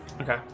Okay